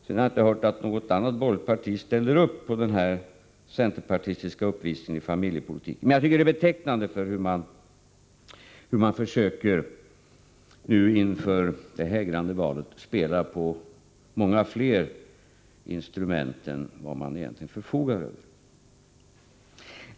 Jag har inte hört att något annat borgerligt parti ställer upp på den här centerpartistiska uppvisningen i familjepolitiken, men jag tycker att den är betecknande för hur man inför det hägrande valet försöker spela på många fler instrument än vad man egentligen förfogar över.